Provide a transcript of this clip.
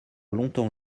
longtemps